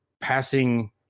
passing